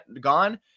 gone